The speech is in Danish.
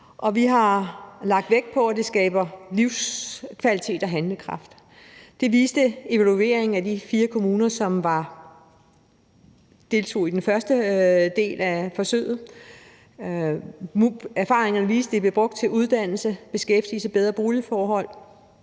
vi har lagt vægt på, at det skaber livskvalitet og handlekraft. Det viste evalueringen fra de fire kommuner, som deltog i den første del af forsøget. Erfaringerne viste, at beløbet blev brugt til uddannelse, beskæftigelse, bedre boligforhold,